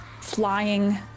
flying